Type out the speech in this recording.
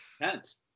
intense